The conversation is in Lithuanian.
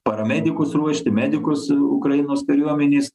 paramedikus ruošti medikus ukrainos kariuomenės